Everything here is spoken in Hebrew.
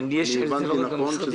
אם הבנתי נכון,